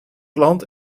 land